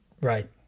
Right